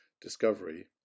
Discovery